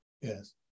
Yes